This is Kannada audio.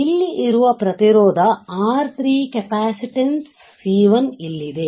ಇಲ್ಲಿ ಇರುವ ಪ್ರತಿರೋಧ R3 ಕಪಾಸಿಟನ್ಸ್ C1 ಇಲ್ಲಿ ಇದೆ